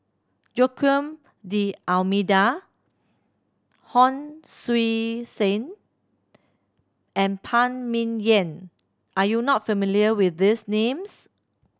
Joaquim D'Almeida Hon Sui Sen and Phan Ming Yen are you not familiar with these names